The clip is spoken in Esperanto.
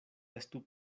estu